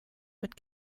mit